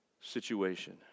situation